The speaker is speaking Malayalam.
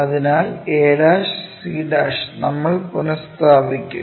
അതിനാൽ a'c' നമ്മൾ പുനസ്ഥാപിക്കും